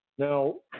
Now